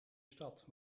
stad